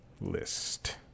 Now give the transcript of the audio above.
list